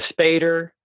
spader